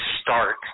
start